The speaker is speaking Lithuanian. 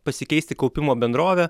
pasikeisti kaupimo bendrovę